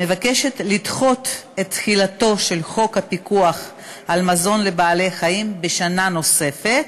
מבקשת לדחות את תחילתו של חוק הפיקוח על מזון לבעלי-חיים בשנה נוספת,